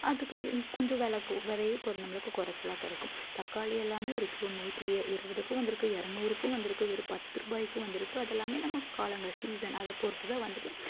அதுக்கு கொஞ்சம் விலை விலையும் நம்மளுக்கு கொஞ்சம் குறைச்சலாக கிடைக்கும் தக்காளி எல்லாமே ஒரு கிலோ நூற்றி இ இருபதுக்கும் வந்துருக்கு இரநூறுக்கும் வந்துருக்கு வெறும் பத்துருபாய்க்கும் வந்துருக்கு அதெல்லாம் நம்ம காலங்கள் சீசன் அதை பொறுத்துதான் வந்துட்டு